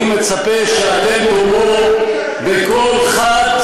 אני מצפה שאתם תאמרו בקול חד,